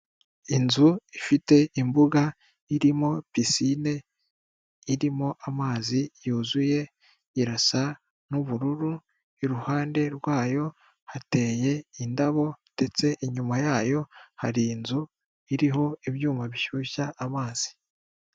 Inzu ifite imbuga irimo pisine, irimo amazi yuzuye, irasa n'ubururu, iruhande rwayo hateye indabo ndetse inyuma yayo hari inzu iriho ibyuma bishyushya amazi.